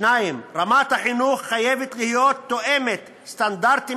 2. רמת החינוך חייבת להיות תואמת סטנדרטים